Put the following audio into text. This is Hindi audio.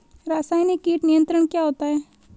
रसायनिक कीट नियंत्रण क्या होता है?